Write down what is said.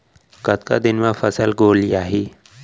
कतका दिन म फसल गोलियाही?